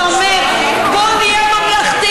אתה אומר: בואו נהיה ממלכתיים,